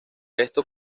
esto